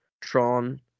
Tron